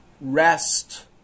rest